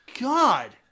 god